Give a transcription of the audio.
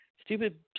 stupid